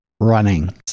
running